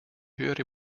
höhere